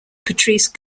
patrice